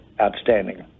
outstanding